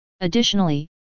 Additionally